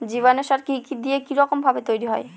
জীবাণু সার কি কি দিয়ে কি রকম ভাবে তৈরি হয়?